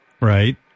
Right